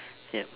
yup